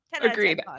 Agreed